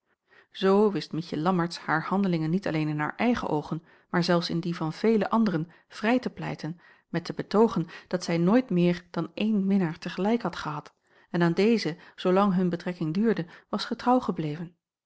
zoo wist mietje lammertsz haar handelingen niet alleen in haar eigen oogen maar zelfs in die van vele anderen vrij te pleiten met te betoogen dat zij nooit meer dan een minnaar te gelijk had gehad en aan dezen zoolang hun betrekking duurde was getrouw gebleven